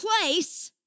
place